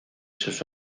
sus